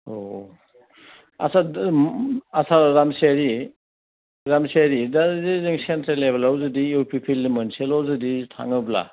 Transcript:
औ औ आच्चा आच्चा रामसियारि दा जे जों सेन्ट्रेल लेभेलाव जुदि इउ पि पि एल नि मोनसेल' जुदि थाङोब्ला